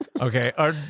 Okay